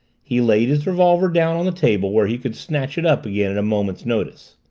he laid his revolver down on the table where he could snatch it up again at a moment's notice.